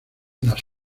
las